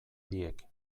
biek